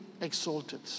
exalted